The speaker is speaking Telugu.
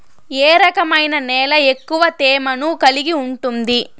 ఏ రకమైన నేల ఎక్కువ తేమను కలిగి ఉంటుంది?